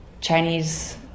Chinese